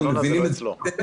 אנחנו מבינים את זה,